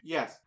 Yes